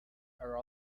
are